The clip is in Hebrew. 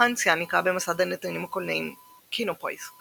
האנס יניקה, במסד הנתונים הקולנועיים KinoPoisk